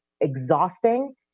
exhausting